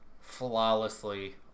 flawlessly